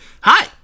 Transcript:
Hi